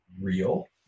real